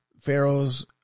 Pharaoh's